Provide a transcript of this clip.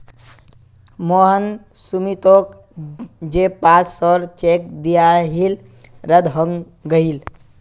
मोहन सुमीतोक जे पांच सौर चेक दियाहिल रद्द हंग गहील